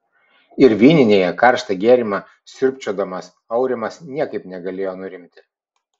ir vyninėje karštą gėrimą sriubčiodamas aurimas niekaip negalėjo nurimti